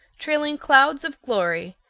trailing clouds of glory,